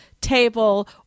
table